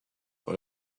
for